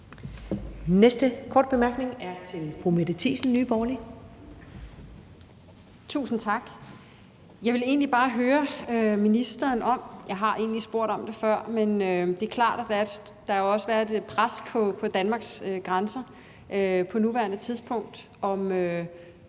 næste korte bemærkning er til fru Mette Thiesen, Nye Borgerlige. Kl. 15:57 Mette Thiesen (NB): Tusind tak. Jeg vil egentlig bare høre ministeren, og jeg har egentlig spurgt om det før, for det er klart, at der jo også har været et pres på Danmarks grænser på nuværende tidspunkt,